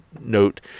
note